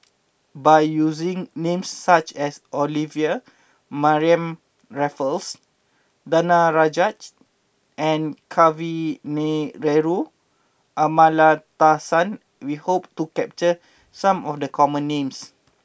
by using names such as Olivia Mariamne Raffles Danaraj and Kavignareru Amallathasan we hope to capture some of the common names